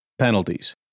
penalties